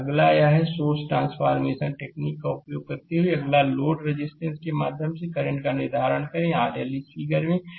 slide समय देखें 2002 source transformation technique का उपयोग करते हुए अगला लोड रजिस्टेंस के माध्यम से करंट का निर्धारण करें RL इस फिगर 16 में 4 4 Ω के बराबर है